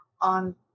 on